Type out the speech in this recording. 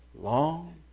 long